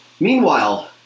Meanwhile